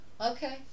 Okay